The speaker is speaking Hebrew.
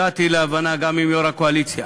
הגעתי להבנה גם עם יושב-ראש הקואליציה